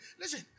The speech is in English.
Listen